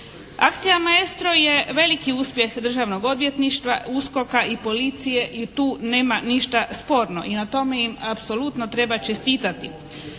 Akcija “Maestro“ je veliki uspjeh Državnog odvjetništva, USKOK-a i policije i tu nema ništa sporno. I na tome im apsolutno treba čestitati.